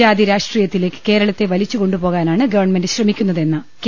ജാതി രാഷ്ട്രീയത്തിലേക്ക് കേരളത്തെ വലിച്ചുകൊണ്ടു പോകാനാണ് ഗവൺമെന്റ് ശ്രമിക്കുന്നതെന്ന് കെ